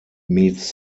meets